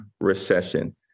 recession